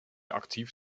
aktiv